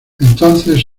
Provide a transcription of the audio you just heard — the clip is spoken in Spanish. entonces